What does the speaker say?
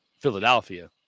philadelphia